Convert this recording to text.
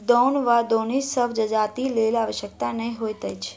दौन वा दौनी सभ जजातिक लेल आवश्यक नै होइत अछि